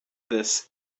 this